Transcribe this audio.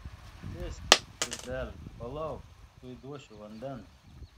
sėskis širdele palauk tuoj duosiu vandens